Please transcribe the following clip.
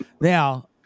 Now